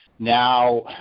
now